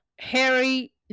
Harry